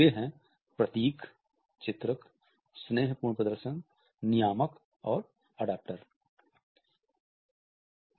और वे हैं प्रतीक चित्रक स्नेहपूर्ण प्रदर्शन नियामक और अडैप्टर हैं